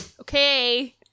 Okay